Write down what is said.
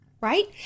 right